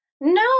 No